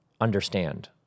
understand